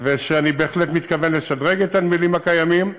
ושאני בהחלט מתכוון לשדרג את הנמלים הקיימים.